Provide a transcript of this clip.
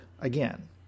again